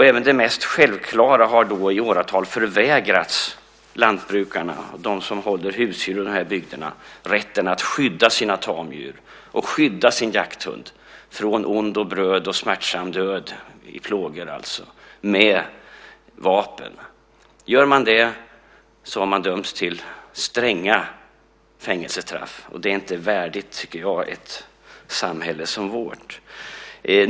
Även det mest självklara har i åratal förvägrats lantbrukarna, de som håller husdjur i de här bygderna: rätten att skydda sina tamdjur, skydda sin jakthund från ond, bråd och smärtsam död, alltså en död i plågor, med vapen. Gör man det har man dömts till stränga fängelsestraff. Det tycker jag inte är värdigt ett samhälle som vårt.